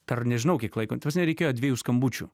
per nežinau kiek laiko reikėjo dviejų skambučių